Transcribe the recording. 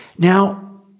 Now